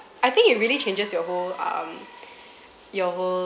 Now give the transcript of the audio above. I think it really changes your whole um your whole